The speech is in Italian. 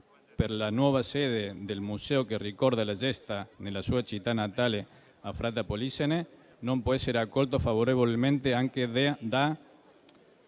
per la nuova sede del museo che ricorda le gesta nella sua città natale, a Fratta Polesine, non può che essere accolta favorevolmente anche da